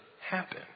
happen